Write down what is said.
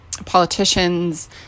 politicians